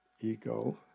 ego